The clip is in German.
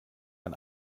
ein